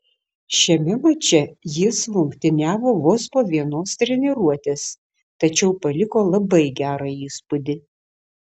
šiame mače jis rungtyniavo vos po vienos treniruotės tačiau paliko labai gerą įspūdį